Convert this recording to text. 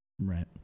right